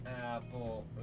Apple